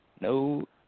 No